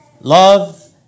love